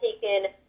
taken